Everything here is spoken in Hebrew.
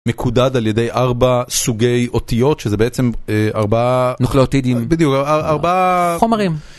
מקודד על ידי ארבע סוגי אותיות, שזה בעצם ארבע... נוכלותידים. בדיוק, ארבע... חומרים.